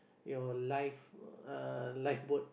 your life uh lifeboat